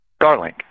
Starlink